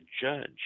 judge